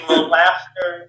laughter